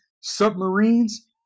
submarines